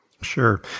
Sure